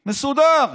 מסודר.